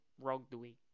wrongdoing